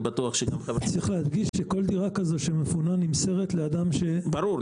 צריך להדגיש שכל דירה כזאת שמפונה נמסרת לאדם -- ברור,